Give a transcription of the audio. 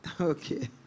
Okay